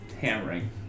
hammering